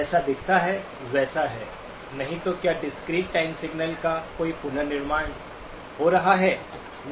जैसा दिखता है वैसा है नहीं तो क्या डिस्क्रीट टाइम सिग्नल्स का कोई पुनर्निर्माण हो रहा है